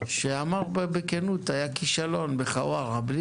שאמר בכנות: "היה כישלון בחווארה",